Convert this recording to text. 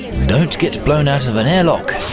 don't get blown out of an airlock,